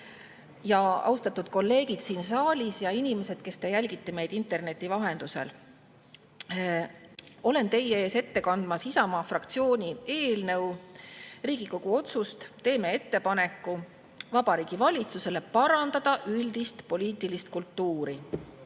Austatud kolleegid siin saalis ja inimesed, kes te jälgite meid interneti vahendusel! Olen teie ees ette kandmas Isamaa fraktsiooni eelnõu, Riigikogu otsust "Ettepaneku tegemine Vabariigi Valitsusele parandada üldist poliitilist kultuuri".Ja